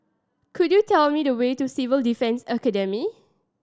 could you tell me the way to Civil Defence Academy